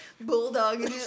Bulldog